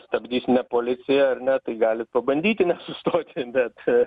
stabdys ne policija ar ne tai galit pabandyti nesustoti bet